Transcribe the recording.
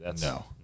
No